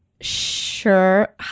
Sure